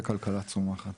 וכלכלה צומחת.